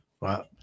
Wow